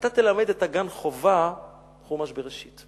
אתה תלמד את גן החובה חומש בראשית.